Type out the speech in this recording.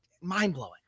mind-blowing